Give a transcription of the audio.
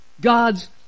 God's